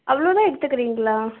அவ்வளோ தான் எடுத்துக்கிறீங்களா